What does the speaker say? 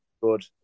good